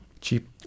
cheap